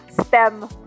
STEM